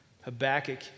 Habakkuk